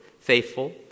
faithful